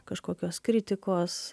kažkokios kritikos